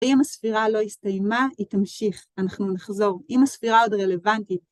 ואם הספירה לא הסתיימה, היא תמשיך. אנחנו נחזור. אם הספירה עוד רלוונטית...